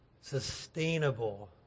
sustainable